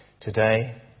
today